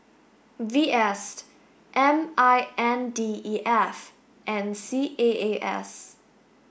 V S M I N D E F and C A A S